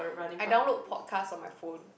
I download podcast on my phone